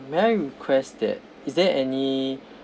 may I request that is there any